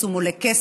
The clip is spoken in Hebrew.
ופרסום עולה כסף.